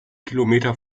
kilometer